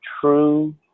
true